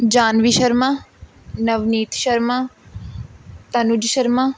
Janvi Sharma Navneet Sharma Tanuj Sharma